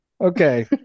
Okay